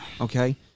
okay